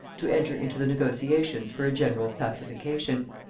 to enter into the negotiations for a general pacification.